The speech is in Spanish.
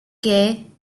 que